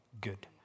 good